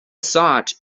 sought